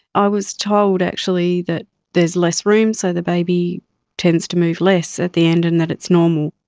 i was told actually that there's less room so the baby tends to move less at the end and that it's normal.